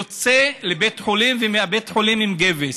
יוצא לבית החולים ומבית החולים, עם גבס.